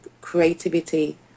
creativity